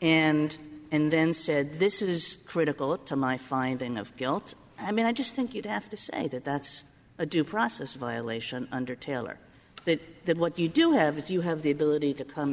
and and then said this is critical to my finding of guilt i mean i just think you'd have to say that that's a due process violation under taylor that that what you do have if you have the ability to come